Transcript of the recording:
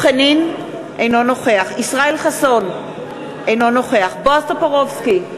אינו נוכח ישראל חסון, אינו נוכח בועז טופורובסקי,